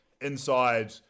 inside